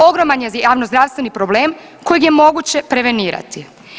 Ogroman je javnozdravstveni problem koji je moguće prevenirati.